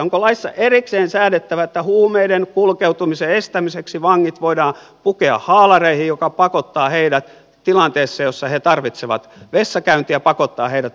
onko laissa erikseen säädettävä että huumeiden kulkeutumisen estämiseksi vangit voidaan pukea haalareihin joka pakottaa heidät tilanteessa jossa he tarvitsevat vessakäyntiä